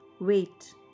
wait